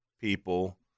people